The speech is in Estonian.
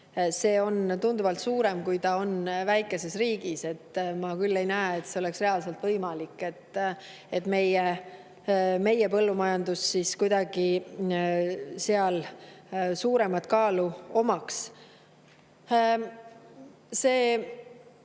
see tunduvalt suurem, kui see on väikeses riigis. Ma küll ei näe, et oleks reaalselt võimalik, et meie põllumajandus seal kuidagi suuremat kaalu omaks.